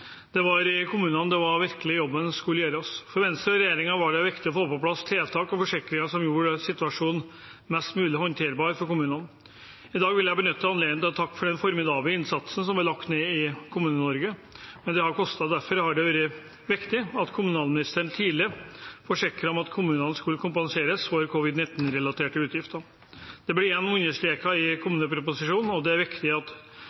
Det var i kommunene jobben virkelig skulle gjøres. For Venstre og regjeringen var det viktig å få på plass tiltak og forsikringer som gjorde situasjonen mest mulig håndterbar for kommunene. I dag vil jeg benytte anledningen til å takke for den formidable innsatsen som er lagt ned i Kommune-Norge. Den har kostet. Derfor var det viktig at kommunalministeren tidlig forsikret om at kommunene skulle kompenseres for covid-19-relaterte utgifter. Det ble igjen understreket i kommuneproposisjonen, og det er viktig og nødvendig for at